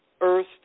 Earth